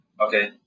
Okay